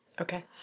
Okay